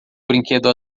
brinquedo